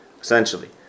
essentially